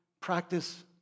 practice